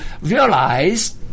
realize